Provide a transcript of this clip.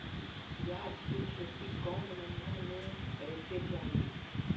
प्याज के खेती कौन महीना में करेके चाही?